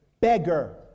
beggar